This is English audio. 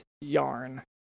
yarn